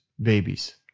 babies